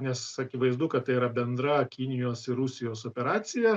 nes akivaizdu kad tai yra bendra kinijos ir rusijos operacija